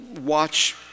watch